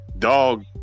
dog